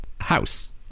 house